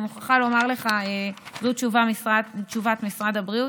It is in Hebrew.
זו תשובת משרד הבריאות.